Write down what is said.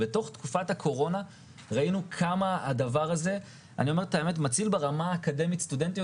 בתוך תקופת הקורונה ראינו כמה הדבר הזה מציל ברמה האקדמית סטודנטיות